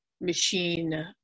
machine